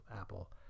Apple